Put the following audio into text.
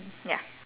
ya